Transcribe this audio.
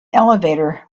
elevator